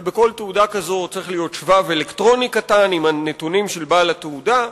ובכל תעודה כזאת צריך להיות שבב אלקטרוני קטן עם הנתונים של בעל התעודה.